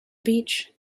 beach